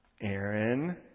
Aaron